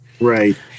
Right